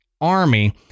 Army